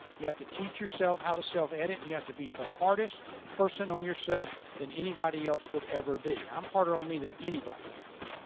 you have to teach yourself how to self-edit and you have to be the hardest person on yourself than anybody else would ever be. i'm harder on me than anybody would be.